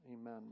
Amen